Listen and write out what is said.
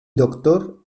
doctor